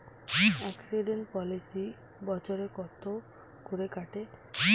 Accident policy বছরে কত করে কাটে?